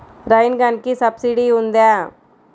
Rain గన్కి subsidy ఉందా?